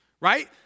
right